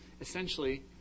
Essentially